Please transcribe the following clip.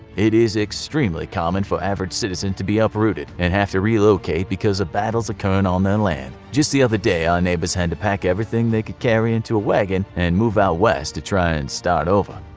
it is extremely common for average citizens to be uprooted and to have to relocate because of battles occurring on their land. just the other day our neighbors had to pack everything they could carry into a wagon and move out west to try and start over.